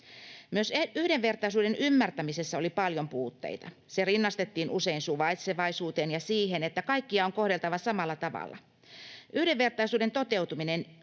Myös yhdenvertaisuuden ymmärtämisessä oli paljon puutteita. Se rinnastettiin usein suvaitsevaisuuteen ja siihen, että kaikkia on kohdeltava samalla tavalla. Yhdenvertaisuuden toteutumisen